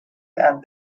and